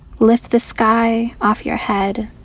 lift the sky off your head?